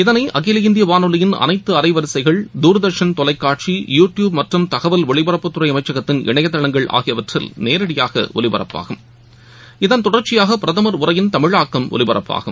இதனைஅகில இந்தியவானொலியின் அனைத்துஅலைவரிசைகளில் தூர்தர்ஷன் தொலைக்காட்சி யூ டியூப் மற்றும் தகவல் ஒலிபரப்புத்துறைஅமைச்சகத்தின் இணையதளங்கள் ஆகியவற்றில் நேரடியாக ஒலிபரப்பாகும் இதன் தொடர்ச்சியாகபிரதமர் உரையின் தமிழாக்கம் ஒலிபரப்பாகும்